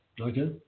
Okay